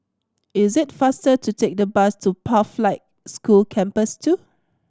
is it faster to take the bus to Pathlight School Campus Two